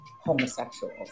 homosexuals